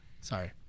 Sorry